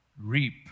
reap